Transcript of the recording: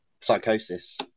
Psychosis